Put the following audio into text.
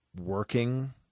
working